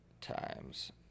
Times